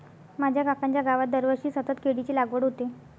माझ्या काकांच्या गावात दरवर्षी सतत केळीची लागवड होते